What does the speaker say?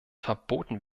verboten